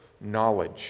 knowledge